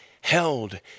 held